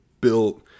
built